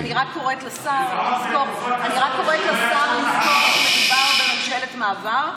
אני רק קוראת לשר לזכור שמדובר בממשלת מעבר,